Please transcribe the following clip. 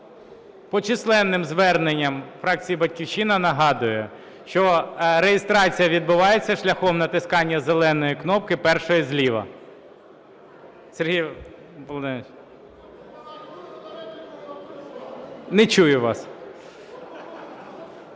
По численним зверненням фракції "Батьківщина" нагадую, що реєстрація відбувається шляхом натискання зеленої кнопки, першої зліва. Сергій Володимирович, не чую вас.